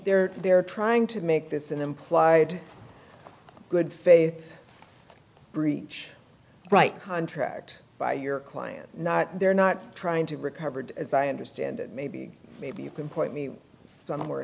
there they're trying to make this an implied good faith breach right contract by your client not they're not trying to recovered as i understand it maybe maybe you can point me